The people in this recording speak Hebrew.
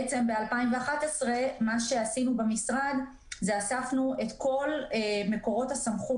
ב-2011 מה שעשינו במשרד זה שאספנו את כל מקורות הסמכות